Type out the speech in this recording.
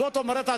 זאת אומרת,